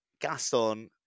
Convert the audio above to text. Gaston